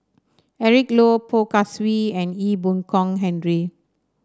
Eric Low Poh Kay Swee and Ee Boon Kong Henry